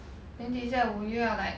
then 等一下我又要 like